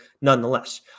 nonetheless